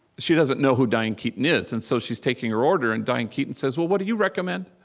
she doesn't know who diane keaton is. and so she's taking her order, and diane keaton says, well, what do you recommend?